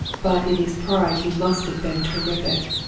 but in his prime he must have been terrific.